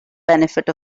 benefit